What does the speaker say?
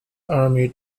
army